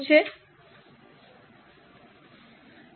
આ ત્રણ મહત્વપૂર્ણ તત્વો છે માલ સામાન મજૂર અને અન્ય ખર્ચ